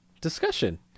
discussion